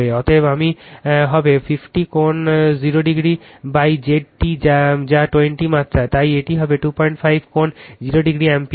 অতএব আমি হবে50 কোণ 0 ডিগ্রিZ T যা 20 মাত্র তাই এটি হবে 25 কোণ 0 ডিগ্রি অ্যাম্পিয়ার